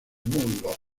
mundo